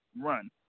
run